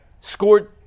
scored